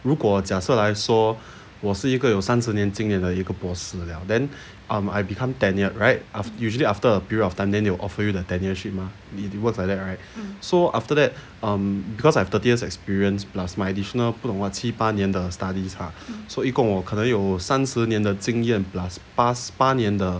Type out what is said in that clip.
如果假设来说我是一个有三十年经验的一个博士了 then um I become tenured right if usually after a period of time then they will offer you the tenure-ship mah it works like that right so after that um cause I've thirty years experience plus my additional 不懂七八年的 studies ah 所以一共我可能有三十年的经验 plus 八十八年的